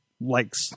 likes